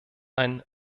ein